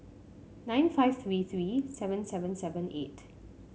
nine five three three seven seven seven eight